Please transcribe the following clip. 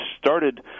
started